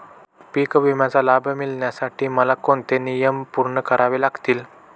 पीक विम्याचा लाभ मिळण्यासाठी मला कोणते नियम पूर्ण करावे लागतील?